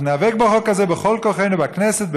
אנחנו ניאבק בחוק הזה בכל כוחנו בכנסת,